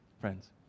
friends